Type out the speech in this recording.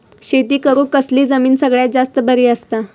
शेती करुक कसली जमीन सगळ्यात जास्त बरी असता?